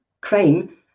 crime